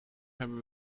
hebben